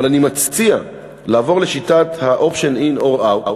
אבל אני מציע לעבור לשיטת ה-option in or out,